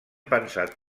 pensat